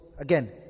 again